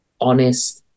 honest